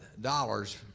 dollars